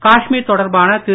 காஷ்மீர் தொடர்பான திரு